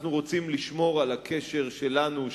אנחנו רוצים לשמור על הקשר שלנו,